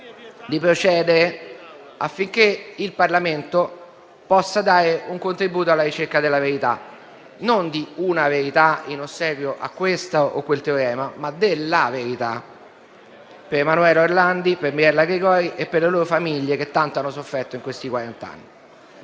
di procedere affinché il Parlamento possa dare un contributo alla ricerca della verità, non di una verità, in ossequio a questo o quel teorema, ma della verità, per Emanuela Orlandi, per Mirella Gregori e per le loro famiglie, che tanto hanno sofferto in questi quarant'anni.